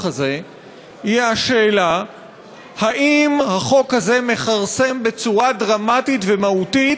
הזה היא השאלה אם החוק הזה מכרסם בצורה דרמטית ומהותית